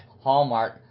Hallmark